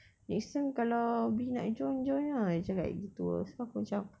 next time kalau bie nak join join ah dia cakap gitu so aku macam